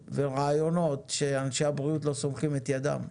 ורעיונות שאנשי הבריאות לא סומכים את ידם עליהם.